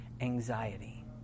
anxiety